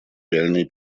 реальные